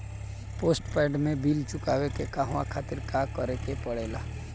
Postpaid के bill चुकावे के कहवा खातिर का करे के पड़ें ला?